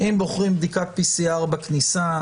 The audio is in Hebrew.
אם בוחרים בדיקת PCR בכניסה,